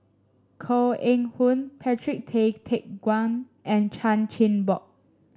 Koh Eng Hoon Patrick Tay Teck Guan and Chan Chin Bock